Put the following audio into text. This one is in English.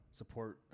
support